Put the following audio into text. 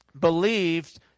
believed